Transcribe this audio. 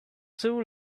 too